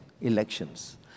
elections